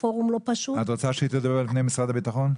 אבל בואו נשמע קודם את משרד הביטחון.